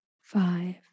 five